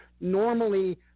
normally